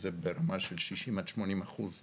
וזה ברמה של 60%- 80% התחלופה.